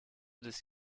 des